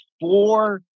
four